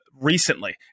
recently